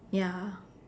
ya